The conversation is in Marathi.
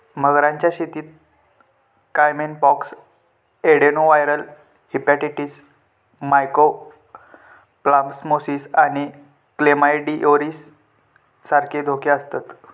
मगरांच्या शेतीत caiman pox, adenoviral hepatitis, mycoplasmosis आणि क्लेमायडिओसिस सारखे धोके आसतत